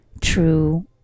true